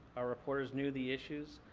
our reporters knew the issues.